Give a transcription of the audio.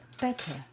better